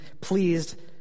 pleased